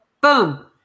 Boom